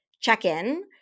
check-in